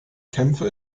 kämpfe